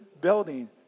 building